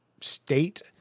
state